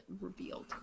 revealed